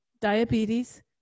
diabetes